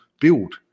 build